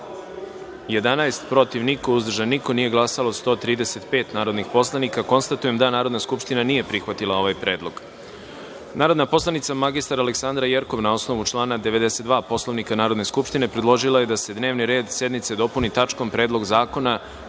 11, protiv – niko, uzdržanih – nema, nije glasalo 137 narodnih poslanika. Konstatujem da Narodna skupština nije prihvatila ovaj predlog. Narodni poslanik Zoran Živković, na osnovu člana 92. Poslovnika Narodne skupštine, predložio je da se dnevni red sednice dopuni tačkom – Predlog zakona